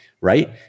Right